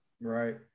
Right